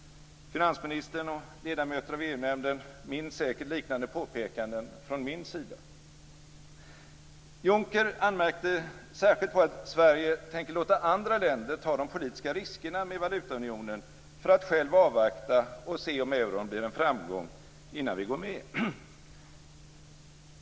Finansministern och ledamöter av EU-nämnden minns säkert liknande påpekanden från min sida. Juncker anmärkte särskilt på att Sverige tänker låta andra länder ta de politiska riskerna med valutaunionen för att själv avvakta och se om euron blir en framgång innan man går med.